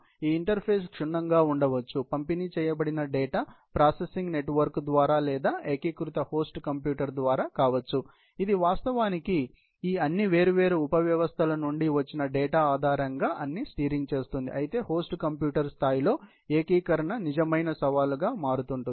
ఈ ఇంటర్ఫేస్ క్షుణ్ణంగా ఉండవచ్చు పంపిణీ చేయబడిన డేటా ప్రాసెసింగ్ నెట్వర్క్ ద్వారా లేదా ఏకీకృత హోస్ట్ కంప్యూటర్ ద్వారా కావచ్చు ఇది వాస్తవానికి ఈ అన్ని వేర్వేరు ఉప వ్యవస్థల నుండి వచ్చిన డేటా ఆధారంగా అన్ని స్టీరింగ్ చేస్తుంది అయితే హోస్ట్ కంప్యూటర్ స్థాయిలో ఏకీకరణ నిజమైన సవాలుగా మారుతుంది